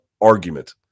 argument